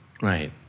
Right